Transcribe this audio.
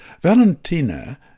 Valentina